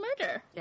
murder